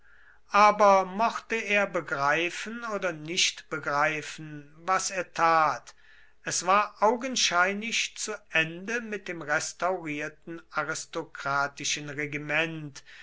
aber mochte er begreifen oder nicht begreifen was er tat es war augenscheinlich zu ende mit dem restaurierten aristokratischen regiment